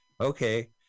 Okay